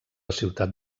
ciutat